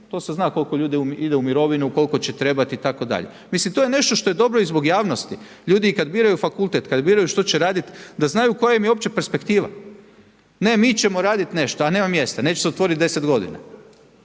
to se zna koliko ljudi ide u mirovinu, koliko će trebat itd. Mislim to je nešto što je dobro i zbog javnosti. Ljudi i kad biraju fakultet, kad biraju što će radit, da znaju koja ima je uopće perspektiva. Ne mi ćemo radit nešto, a nema mjesta, neće se otvorit 10 godina.